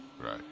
Right